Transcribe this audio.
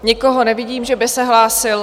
Nikoho nevidím, že by se hlásil.